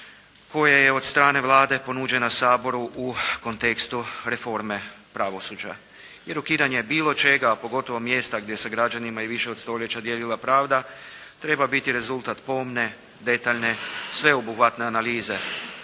koja je od strane Vlade ponuđena Saboru u kontekstu reforme pravosuđa. Jer, ukidanje bilo čega, a pogotovo mjesta gdje se građanima i više od stoljeća dijelila pravda treba biti rezultat pomne, detaljne, sveobuhvatne analize